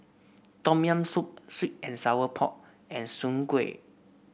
Tom Yam Soup sweet and Sour Pork and Soon Kueh